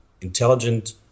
intelligent